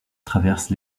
traverse